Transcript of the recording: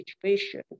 situation